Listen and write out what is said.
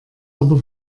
aber